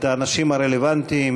את האנשים הרלוונטיים,